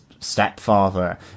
stepfather